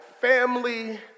Family